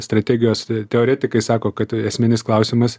strategijos teoretikai sako kad tu esminis klausimas